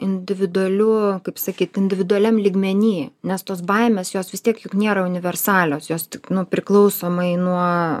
individualiu kaip sakyt individualiam lygmeny nes tos baimės jos vis tiek juk nėra universalios jos tik nu priklausomai nuo